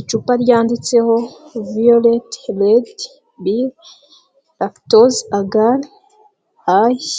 Icupa ryanditseho viyoleti redi bile rakitosi agari ayi